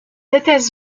états